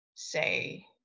say